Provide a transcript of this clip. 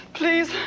Please